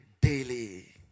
daily